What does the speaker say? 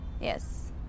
Yes